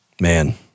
Man